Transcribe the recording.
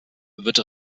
wird